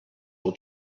will